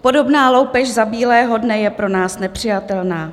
Podobná loupež za bílého dne je pro nás nepřijatelná.